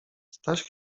staś